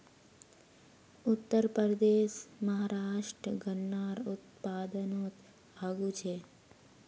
उत्तरप्रदेश, महाराष्ट्र गन्नार उत्पादनोत आगू छे